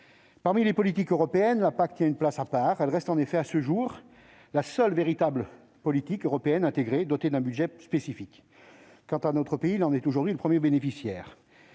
Parmi les politiques européennes, la PAC tient une place à part. Elle reste en effet, à ce jour, la seule véritable politique européenne intégrée, dotée d'un budget spécifique. Quant à notre pays, il en est aujourd'hui le premier bénéficiaire.